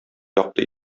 якты